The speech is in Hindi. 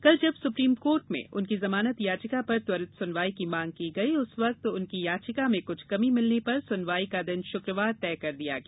कल जब सुप्रीम कोर्ट में उनकी जमानत याचिका पर त्वरित सुनवाई की मांग की गई उस वक्त उनकी याचिका में कुछ कमी मिलने पर सुनवाई का दिन शुक्रवार तय कर दिया गया